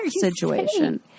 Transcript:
situation